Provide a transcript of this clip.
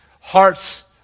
Hearts